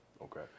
Okay